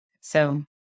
So-